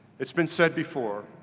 it's been said before,